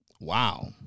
Wow